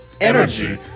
energy